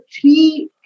three